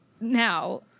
Now